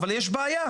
אבל יש בעיה,